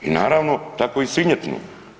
I naravno, tako i svinjetine.